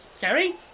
Gary